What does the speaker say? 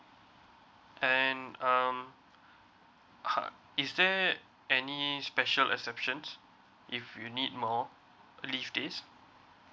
and um is there any special exceptions if you need more leave days